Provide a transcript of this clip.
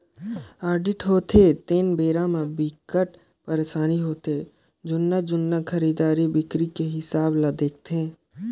audit होथे तेन बेरा म बिकट परसानी होथे जुन्ना जुन्ना खरीदी बिक्री के हिसाब ल देखथे